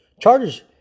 Charges